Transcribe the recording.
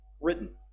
written